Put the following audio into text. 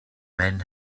men